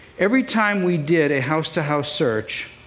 every time we did a house-to-house search,